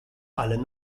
alle